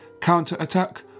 counter-attack